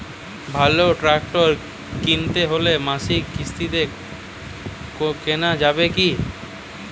ভালো ট্রাক্টর কিনতে হলে মাসিক কিস্তিতে কেনা যাবে কি?